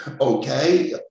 okay